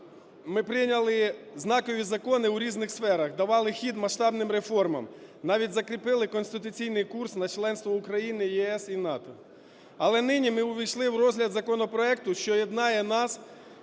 ми прийняли знакові закони у різних сферах, давали хід масштабним реформам. Навіть закріпили конституційний курс на членство України в ЄС і НАТО. Але нині ми увійшли в розгляд законопроекту, що єднає нас